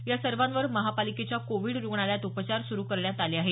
या सर्वांवर महापालिकेच्या कोविड रूग्णालयात उपचार सुरू करण्यात आले आहेत